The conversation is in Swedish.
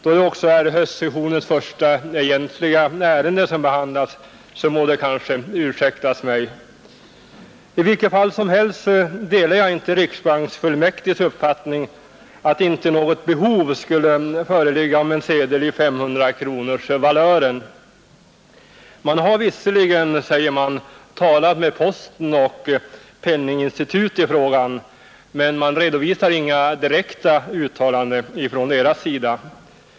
Då det också är höstsessionens första egentliga ärende som behandlas må det kanske ursäktas mig. I vilket fall som helst delar jag inte riksbanksfullmäktiges uppfattning att inte något behov skulle föreligga av en sedel av 500-kronorsvalören. Man har visserligen, säger man, talat med posten och med penninginstitut i frågan, men man redovisar inga direkta uttalanden från deras sida.